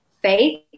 faith